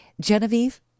Genevieve